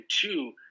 two